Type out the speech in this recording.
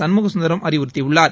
சண்முகசுந்தரம் அறிவுறுத்தியுள்ளார்